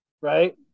Right